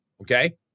okay